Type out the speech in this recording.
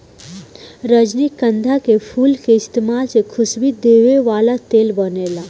रजनीगंधा के फूल के इस्तमाल से खुशबू देवे वाला तेल बनेला